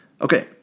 Okay